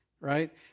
right